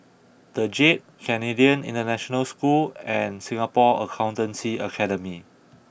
The Jade Canadian International School and Singapore Accountancy Academy